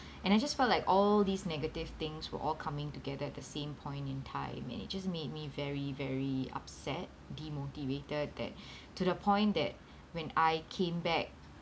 and I just felt like all these negative things were all coming together at the same point in time and it just made me very very upset demotivated that to the point that when I came back